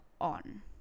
on